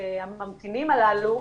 זה הנושא שהממתינים הללו,